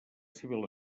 civil